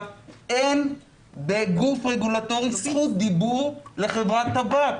אין בגוף רגולטורי זכות דיבור לחברת טבק.